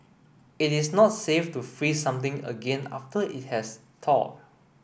it is not safe to freeze something again after it has thawed